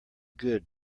good